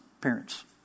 parents